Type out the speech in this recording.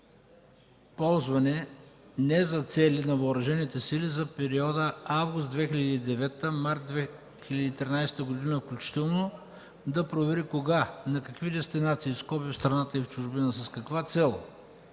не за цели на Въоръжените сили за периода август 2009 – март 2013 г. включително да провери кога, по какви дестинации (в страната и чужбина), с каква цел,